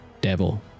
devil